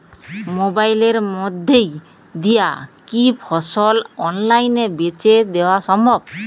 মোবাইলের মইধ্যে দিয়া কি ফসল অনলাইনে বেঁচে দেওয়া সম্ভব?